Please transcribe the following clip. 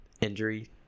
injury